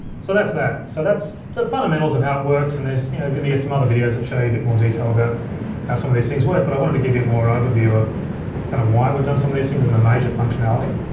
so that's that. so that's the fundamentals of how it works, and there's you know gonna be some other videos that show you a bit more detail about how some of these things work, but i wanted to give you more overview of kinda why we've done some of these things and the major functionality.